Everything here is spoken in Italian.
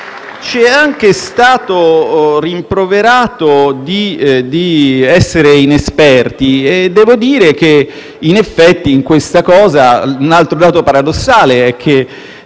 Ci è anche stato rimproverato di essere inesperti. Devo dire che, in effetti, un altro nodo paradossale è che,